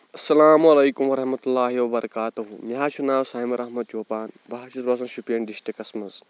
اسلام علیکم ورحمتہ اللہ وبرکاتہ مےٚ حظ چھُ ناو سامِر احمد چوپان بہٕ حظ چھُس بَسان شُپین ڈِسٹرکٹس منٛز